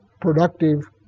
productive